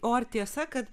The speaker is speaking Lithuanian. o ar tiesa kad